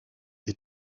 est